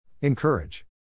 Encourage